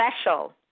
special